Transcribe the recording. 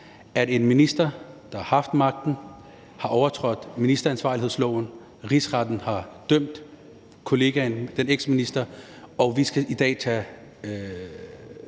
at en minister, der har haft magten, har overtrådt ministeransvarlighedsloven. Rigsretten har dømt kollegaen, den eksminister, og vi skal i dag finde